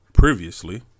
Previously